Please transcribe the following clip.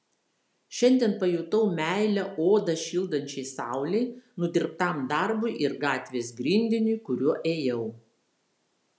šiandien pajutau meilę odą šildančiai saulei nudirbtam darbui ir gatvės grindiniui kuriuo ėjau